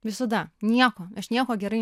visada nieko aš nieko gerai